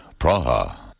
Praha